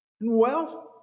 wealth